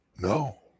No